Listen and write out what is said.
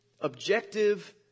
objective